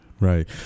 right